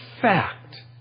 fact